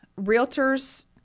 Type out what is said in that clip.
realtors